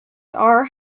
are